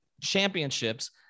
championships